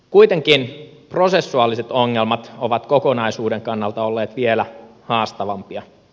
kuitenkin prosessuaaliset ongelmat ovat kokonaisuuden kannalta olleet vielä haastavampia